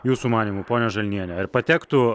jūsų manymu ponia želniene ar patektų